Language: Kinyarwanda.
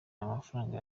amafaranga